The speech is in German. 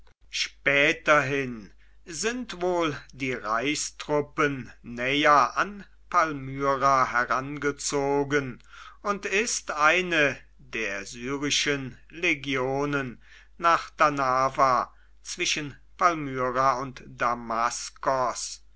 späterhin sind wohl die reichstruppen näher an palmyra herangezogen und ist eine der syrischen legionen nach danava zwischen palmyra und